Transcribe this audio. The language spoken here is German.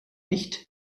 nicht